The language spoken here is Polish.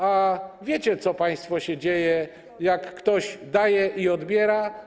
A wiecie państwo, co się dzieje, jak ktoś daje i odbiera?